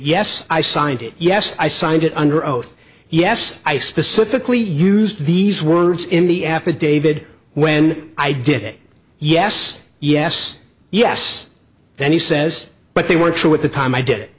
yes i signed it yes i signed it under oath yes i specifically used these words in the after david when i did it yes yes yes then he says but they weren't true at the time i did